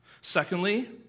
Secondly